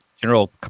general